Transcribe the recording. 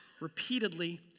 repeatedly